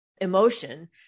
emotion